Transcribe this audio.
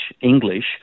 English